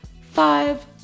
five